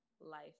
life